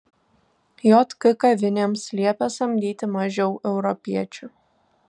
jk kavinėms liepė samdyti mažiau europiečių